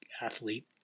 athlete